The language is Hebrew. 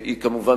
כמובן,